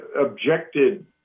objected